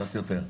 קצת יותר.